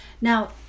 Now